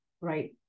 right